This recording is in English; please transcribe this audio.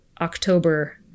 October